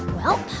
well,